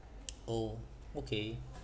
oh okay